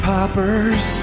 Poppers